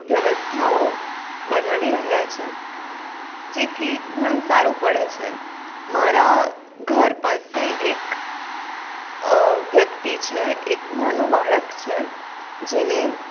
વ્યવસ્થાઓ બનાવી રહ્યા છે જેથી ઘણું સારું પડે છે મારા ઘર પાસે એક વ્યક્તિ છે એક નાનું બાળક છે જેને